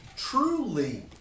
Truly